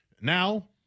Now